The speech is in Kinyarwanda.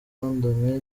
london